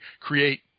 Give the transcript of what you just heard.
create